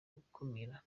gukumira